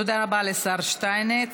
תודה רבה לשר שטייניץ.